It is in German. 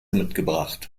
mitgebracht